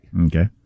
Okay